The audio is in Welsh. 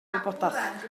wybodaeth